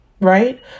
Right